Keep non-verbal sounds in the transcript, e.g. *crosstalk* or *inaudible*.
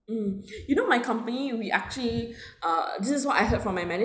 mm *breath* you know my company we actually *breath* uh this is what I heard from my mana~